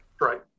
Right